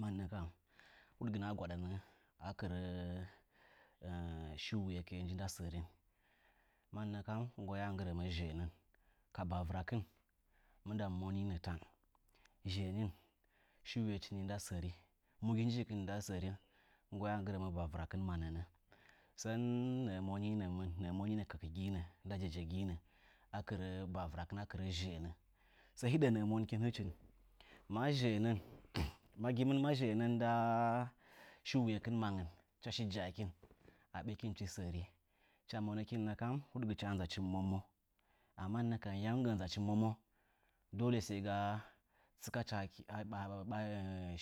Mənnəkəm hudgɨnə ə gwədə nə əkɨrə shwuyokɨn ndə sərɨn, mənnəkəm nggəə nggɨrə zhəənən kə ɓəwɨrəkɨn məndəm monɨnə tənzhəənən hɨchɨ njɨ ndəsərɨn mu njɨ njɨchɨ ndə sərɨn, nggwəə nggwənə ɓəvɨrəkɨn mə nəə, sən nəə monɨnə kəkəgɨnə ndə jejegɨnə əkɨrə ɓəwɨrəkɨnə kɨrə zhəənə, sə hɨdəkɨn monɨkɨn, məzhəəmən ndəə shɨwuyekɨn mənəə hɨchə jəəkɨn əɓəkɨndɨ sərɨn, hɨchə monəkɨn nəkəm hudgɨchə nzəchɨ mwəmo, əmmənə kəm yəm gə nzəchɨ mwəmo doləsəɨ ə tsɨkəchə